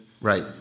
Right